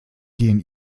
gehen